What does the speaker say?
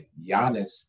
Giannis